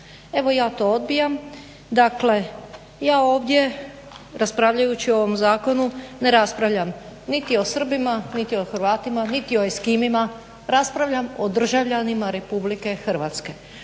Evo ja to odbijam. Dakle, ja ovdje raspravljajući o ovom zakonu ne raspravljam niti o Srbima, niti o Hrvatima, niti o Eskimima. Raspravljam o državljanima Republike Hrvatske.